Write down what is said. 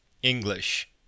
English